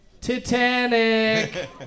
Titanic